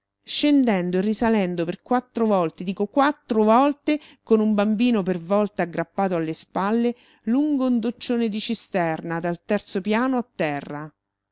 scendendo e risalendo per quattro volte dico quattro volte con un bambino per volta aggrappato alle spalle lungo un doccione di cisterna dal terzo piano a terra